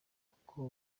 kuko